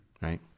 right